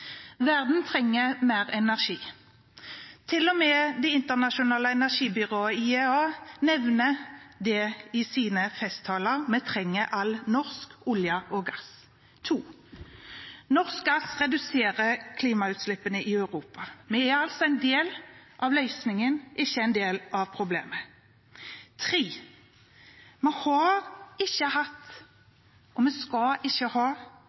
Verden trenger mer energi. Til og med det internasjonale energibyrået IEA nevner det i sine festtaler – vi trenger all norsk olje og gass. Norsk gass reduserer klimautslippene i Europa. Vi er altså en del av løsningen, ikke en del av problemet. Vi har ikke hatt